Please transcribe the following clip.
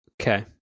Okay